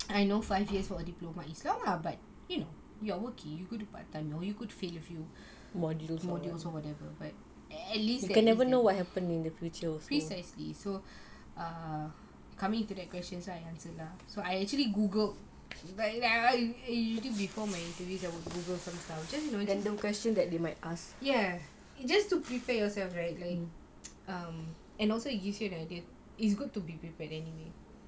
I know five years for a diploma is long lah but you know you are working you could only part time you know you could fail a module also whatever but at least you can besides this coming to the questions I answer lah so I actually googled I usually before my interviews I would google some stuff yes just to prepare yourself and also it gives you an idea it's good to be prepared anyway